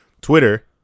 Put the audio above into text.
Twitter